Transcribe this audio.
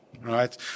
right